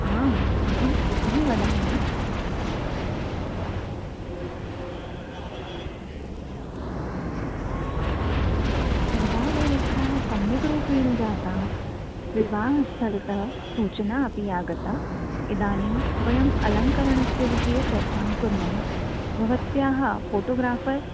आम् अहं श्रुतिः वदामि सर्वाः व्यवस्थाः सम्यग्रूपेण जाताः विवाहस्थलतः सूचनापि आगता इदानीं वयं अलङ्करणस्य विषये चर्चां कुर्मः भवत्याः फोटोग्राफर्